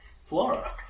Flora